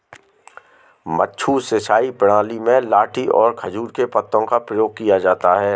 मद्दू सिंचाई प्रणाली में लाठी और खजूर के पत्तों का प्रयोग किया जाता है